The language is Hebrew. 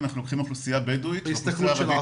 אנחנו מתייחסים לאוכלוסייה בדואית ואוכלוסייה ערבית.